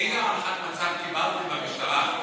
איזו הערכת מצב קיבלתם במשטרה,